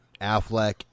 Affleck